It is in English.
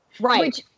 Right